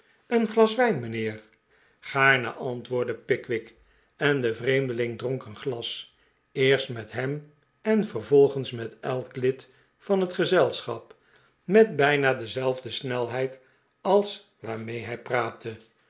een glas wijn mijnheer gaarne antwoordde pickwick en de vreemdeling dronk een glas eerst met hem en vervolgens met elk lid van het gezelschap met bijna dezelfde snelheid als waarmee hij praatte